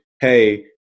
hey